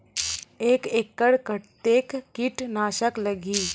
एक एकड़ कतेक किट नाशक लगही?